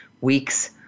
weeks